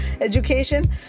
education